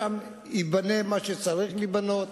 שם ייבנה מה שצריך להיבנות.